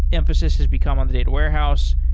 emphasis has become on the data warehouse,